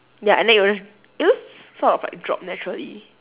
ya and then it will j~ it will sort of like drop naturally